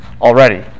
already